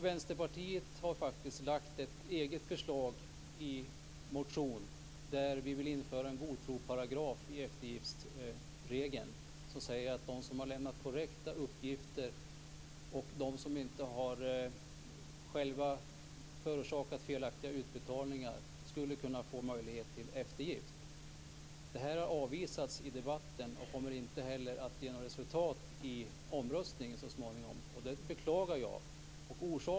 Vänsterpartier har lagt fram ett eget förslag i en motion där vi vill införa en godtrosparagraf i eftergiftsregeln som säger att de som har lämnat korrekta uppgifter och de som inte själva har förorsakat felaktiga utbetalningar skulle kunna få möjlighet till eftergift. Det har avvisats i debatten. Det kommer inte heller att ge något resultat i omröstningen så småningom, och det beklagar jag.